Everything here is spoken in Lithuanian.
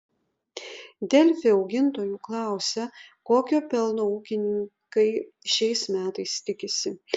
delfi augintojų klausia kokio pelno ūkininkai šiais metais tikisi